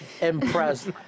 impressed